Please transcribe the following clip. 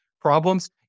problems